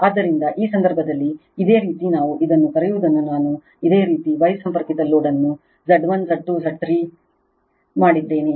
ಆದ್ದರಿಂದ ಈ ಸಂದರ್ಭದಲ್ಲಿ ಇದೇ ರೀತಿ ನಾವು ಇದನ್ನು ಕರೆಯುವುದನ್ನು ನಾನು ಇದೇ ರೀತಿ Y ಸಂಪರ್ಕಿತ ಲೋಡ್ ಅನ್ನು Z1 Z2 Z3 ಮಾಡಿದ್ದೇನೆ